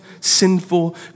sinful